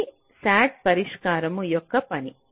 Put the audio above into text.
ఇది SAT పరిష్కారము యొక్క పని